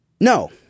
No